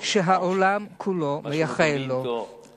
שהעולם כולו מייחל לו,